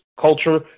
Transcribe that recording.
culture